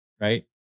right